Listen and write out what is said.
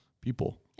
People